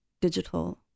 digital